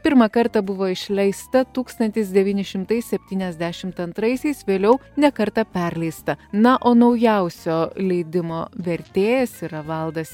pirmą kartą buvo išleista tūkstantis devyni šimtai septyniasdešimt antraisiais vėliau ne kartą perleista na o naujausio leidimo vertėjas yra valdas